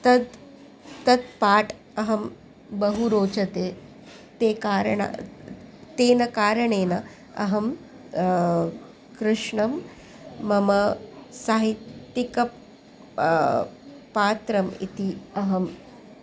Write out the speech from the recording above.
तत् तत् पाठम् अहं बहु रोचते ते कारणं तेन कारणेन अहं कृष्णं मम साहित्यिकं पात्रम् इति अहम्